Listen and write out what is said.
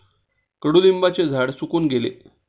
कडुलिंबाचे झाड सुकून गेले